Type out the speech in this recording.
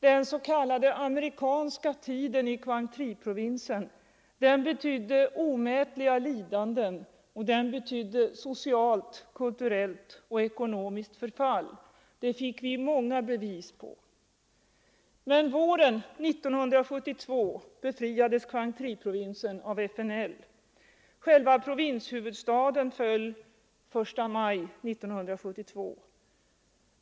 Den s.k. amerikanska tiden i Quang Tri-provinsen betydde omätliga lidanden och socialt, kulturellt och ekonomiskt förfall. Det fick vi många bevis på. Våren 1972 befriades Quang Tri av FNL. Provinshuvudstaden föll den 1 maj 1972.